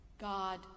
God